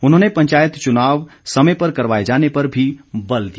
उन्होंने पंचायत चुनाव समय पर करवाए जाने पर भी बल दिया